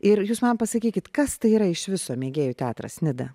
ir jūs man pasakykit kas tai yra iš viso mėgėjų teatras nida